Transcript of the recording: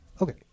Okay